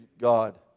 God